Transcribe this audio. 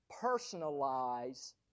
personalize